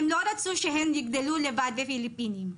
הם לא רצו שהן יגדלו לבד בפיליפינים,